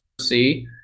see